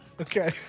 Okay